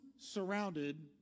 surrounded